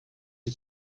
had